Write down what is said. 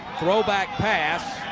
throw back pass.